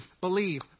believe